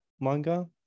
manga